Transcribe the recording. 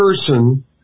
person